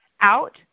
out